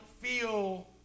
feel